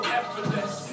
effortless